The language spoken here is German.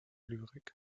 lyrik